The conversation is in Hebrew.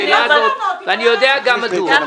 אני יודע גם מדוע.